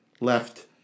left